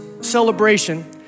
celebration